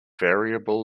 variable